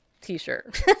t-shirt